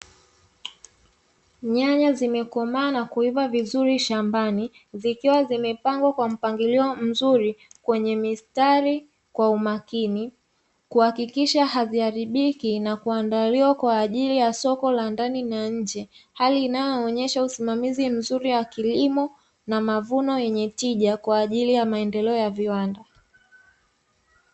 Nyanya zimekomaa na kuiva vizuri shambani zikiwa zimepangwa kwa mpangilio mzuri kwenye mistari kwa umakini, kuhakikisha haziharibiki na kuandaliwa kwa ajili ya soko la ndani na nje, hali inayoonyesha usimamizi mzuri wa kilimo, na mavuno yenye tija kwa ajili ya maendeleo ya viwanda.